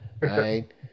right